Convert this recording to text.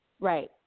Right